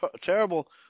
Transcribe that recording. terrible